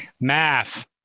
math